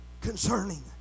concerning